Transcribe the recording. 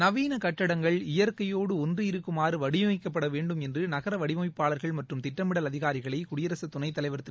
நவீன கட்டடங்கள் இயற்கையோடு ஒன்றியிருக்குமாறு வடிவமைக்கப்பட வேண்டும் என்று நகர வடிவமைப்பாளர்கள் மற்றும் திட்டமிடல் அதிகாரிகளை குடியரசு துணைத் தலைவர் திரு